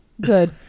Good